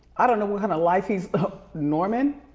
i don't know what kinda life he's norman.